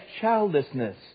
childlessness